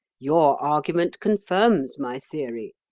your argument confirms my theory.